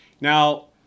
now